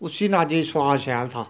उस्सी अनाजे सुआद शैल हा